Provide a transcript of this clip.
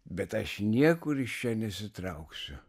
bet aš niekur iš čia nesitrauksiu